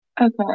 Okay